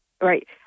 Right